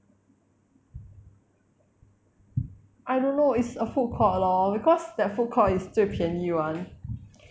I don't know it's a food court lor because that food court is 最便宜 [one]